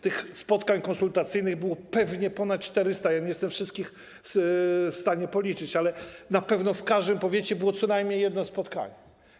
Tych spotkań konsultacyjnych było pewnie ponad 400, nie jestem w stanie wszystkich policzyć, ale na pewno w każdym powiecie było co najmniej jedno spotkanie.